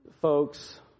Folks